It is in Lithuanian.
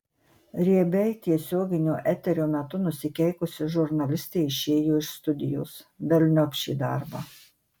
riebiai tiesioginio eterio metu nusikeikusi žurnalistė išėjo iš studijos velniop šį darbą